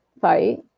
fight